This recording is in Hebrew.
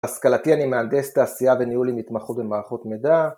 בהשכלתי אני מהנדס תעשייה וניהול עם התמחות במערכות מידע